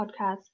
podcast